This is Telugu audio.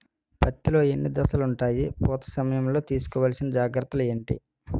పత్తి లో ఎన్ని దశలు ఉంటాయి? పూత సమయం లో తీసుకోవల్సిన జాగ్రత్తలు ఏంటి?